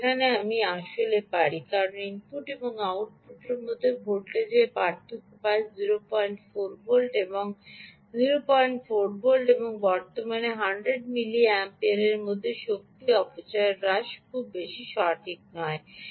যেখানে আমি আসলে করতে পারি কারণ ইনপুট এবং আউটপুটটির মধ্যে ভোল্টেজের পার্থক্য প্রায় 04 ভোল্ট এবং 04 ভোল্ট এবং বর্তমানের 100 মিলি অ্যাম্পিয়ারের মধ্যে শক্তি অপচয় হ্রাস খুব বেশি সঠিক নয়